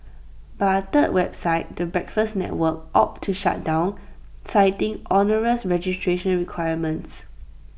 but A third website the breakfast network opted to shut down citing onerous registration requirements